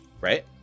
Right